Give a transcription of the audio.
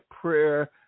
prayer